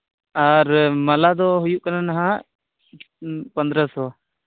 ᱟᱨ ᱢᱟᱞᱟ ᱫᱚ ᱦᱩᱭᱩᱜ ᱠᱟᱱᱟ ᱱᱟᱜ ᱯᱚᱱᱫᱽᱨᱚ ᱥᱚ